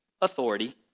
Authority